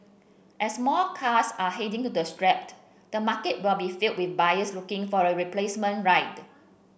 as more cars are heading to be scrapped the market will be filled with buyers looking for a replacement ride